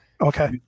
okay